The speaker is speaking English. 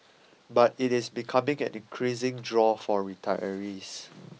but it is becoming an increasing draw for retirees